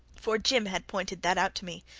for jim had pointed that out to me.